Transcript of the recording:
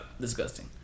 Disgusting